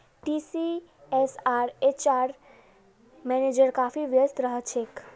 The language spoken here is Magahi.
टीसीएसेर एचआर मैनेजर काफी व्यस्त रह छेक